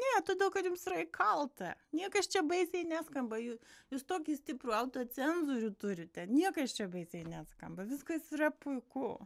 ne todėl kad jums yra įkalta niekas čia baisiai neskamba ju jūs tokį stiprų alto cenzorių turite niekas čia baisiai neskamba viskas yra puiku